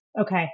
Okay